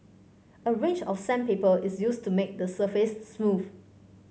a range of sandpaper is used to make the surface smooth